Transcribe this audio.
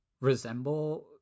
resemble